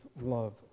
love